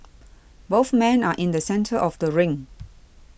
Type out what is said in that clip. both men are in the centre of the ring